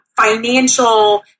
financial